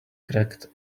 cracked